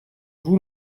vous